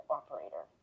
operator